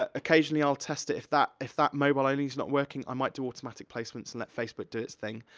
ah occasionally i'll test it if that, if that mobile only is not working, i might do automatic placements and let facebook do its thing.